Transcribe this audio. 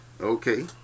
Okay